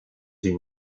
une